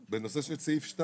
בנושא של תקנת משנה (2)